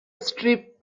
strip